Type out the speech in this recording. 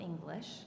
English